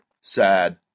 Sad